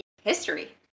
history